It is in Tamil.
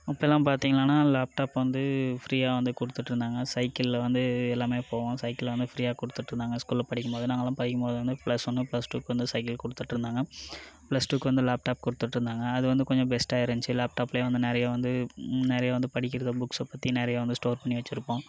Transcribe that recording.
இப்போல்லாம் பாத்திங்கனா லேப்டாப் வந்து ஃப்ரீயாக வந்து கொடுத்துட்ருந்தாங்க சைக்கிளில் வந்து எல்லாம் போவோம் சைக்கிளை வந்து ஃப்ரீயாக கொடுத்துட்ருந்தாங்க ஸ்கூலில் படிக்கும்போது நாங்களாம் படிக்கும்போது வந்து பிளஸ் ஒன்னு பிளஸ் டூவுக்கு வந்து சைக்கிள் கொடுத்துட்ருந்தாங்க பிளஸ் டூவுக்கு வந்து லேப்டாப் கொடுத்துட்ருந்தாங்க அது வந்து கொஞ்சம் பெஸ்ட்டாக இருந்துச்சி லேப்டாப்லேயும் வந்து நிறையா வந்து நிறையா வந்து படிக்கிறதை புக்ஸை பற்றி நிறையா வந்து ஸ்டோர் பண்ணி வெச்சுருப்போம்